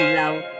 love